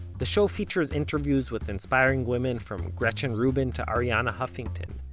the show features interviews with inspiring women from gretchen rubin to arianna huffington.